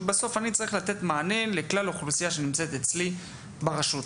אני צריך לתת מענה לכלל האוכלוסיה שנמצאת אצלי ברשות.